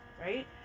right